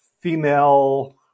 female